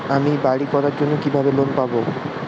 আমি বাড়ি করার জন্য কিভাবে লোন পাব?